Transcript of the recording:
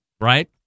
right